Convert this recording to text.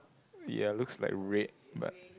ya looks like red but